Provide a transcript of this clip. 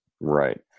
Right